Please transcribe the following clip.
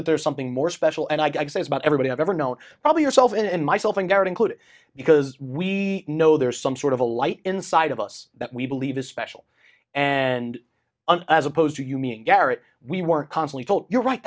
that there's something more special and i say about everybody i've ever known probably yourself in myself and are included because we know there is some sort of a light inside of us that we believe is special and an as opposed to you mean garrett we were constantly told you're right